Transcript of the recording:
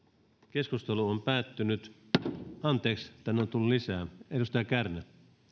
keskustelu on päättynyt anteeksi tänne on tullut lisää edustaja kärnä